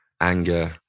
anger